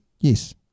Yes